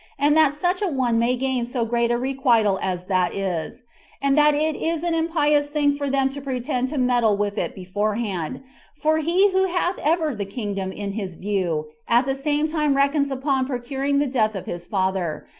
and that such a one may gain so great a requital as that is and that it is an impious thing for them to pretend to meddle with it beforehand for he who hath ever the kingdom in his view, at the same time reckons upon procuring the death of his father,